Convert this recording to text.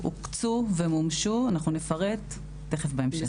הוקצו ומומשו, אנחנו נפרט בהמשך.